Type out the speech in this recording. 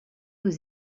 aux